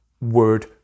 word